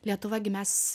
lietuva gi mes